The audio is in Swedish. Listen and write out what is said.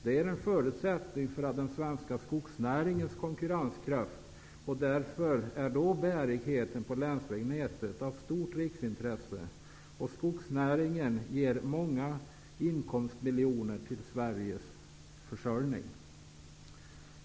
Detta är en förutsättning för den svenska skogsnäringens konkurrenskraft, och därför är bärigheten på länsvägnätet av stort riksintresse. Skogsnäringen ger många inkomstmiljoner till Sveriges försörjning.